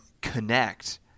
connect